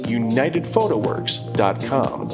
unitedphotoworks.com